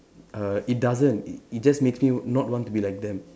uh it doesn't it it just makes me not want to be like them